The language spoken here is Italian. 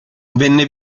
venne